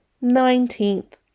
Nineteenth